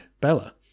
Bella